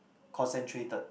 concentrated